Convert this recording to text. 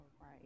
right